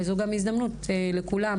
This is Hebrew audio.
וזו גם הזדמנות לכולם